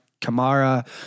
Kamara